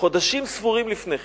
חודשים ספורים לפני כן,